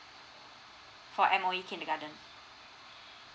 for M_O_E kindergarten